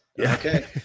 Okay